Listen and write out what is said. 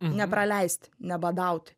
nepraleisti nebadauti